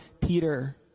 Peter